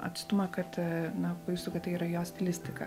atstumą kad na pajustų kad tai yra jo stilistika